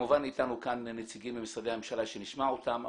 איתנו כמובן נציגים ממשרדי הממשלה שנשמע אותם,